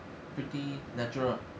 pretty natural